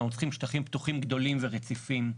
אנחנו צריכים שטחים פתוחים גדולים ורציפים.